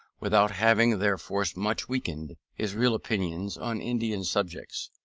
without having their force much weakened, his real opinions on indian subjects.